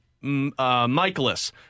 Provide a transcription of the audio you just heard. Michaelis